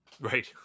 Right